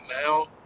now